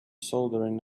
soldering